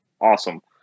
awesome